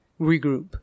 regroup